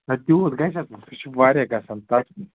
نہَ تیٛوٗت گژھٮ۪س نہٕ سُہ چھُ واریاہ گژھان تَتھ